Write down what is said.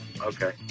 Okay